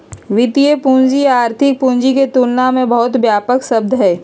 वित्तीय पूंजी आर्थिक पूंजी के तुलना में बहुत व्यापक शब्द हई